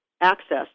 access